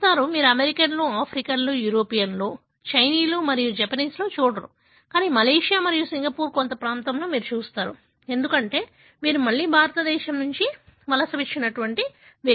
మీరు అమెరికన్లు ఆఫ్రికన్లు యూరోపియన్లు చైనీయులు మరియు జపనీస్లో చూడరు కానీ మలేషియా మరియు సింగపూర్లోని కొంత ప్రాంతంలో మీరు చూస్తారు ఎందుకంటే వీరు మళ్లీ భారతదేశం నుండి వలస వచ్చిన వ్యక్తులు